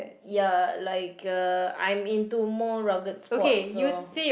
ya like uh I'm into more rugged sports so